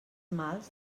mals